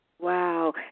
Wow